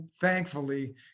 thankfully